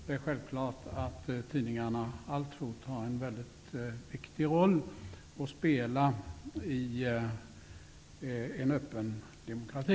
Det är självklart att tidningarna alltfort har en mycket viktig roll att spela i en öppen demokrati.